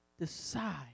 decide